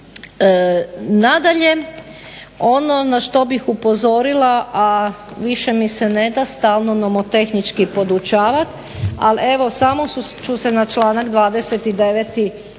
Nadalje, ono na što bih upozorila, a više mi se ne da stalno nomotehnički podučavat, ali evo samo ću se na članak 29. osvrnuti,